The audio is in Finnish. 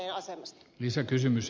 arvoisa puhemies